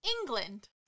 England